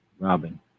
Robin